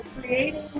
Creating